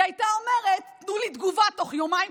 היא הייתה אומרת: תנו לי תגובה תוך יומיים,